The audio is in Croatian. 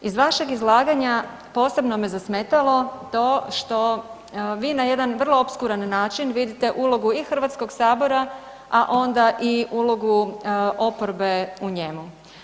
Iz vašeg izlaganja posebno me zasmetalo to što vi na jedan vrlo opskuran način vidite ulogu i HS-a, a onda i ulogu oporbe u njemu.